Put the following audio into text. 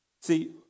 See